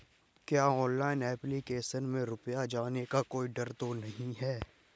क्या online application में रुपया जाने का कोई डर तो नही है?